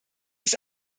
ist